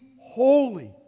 holy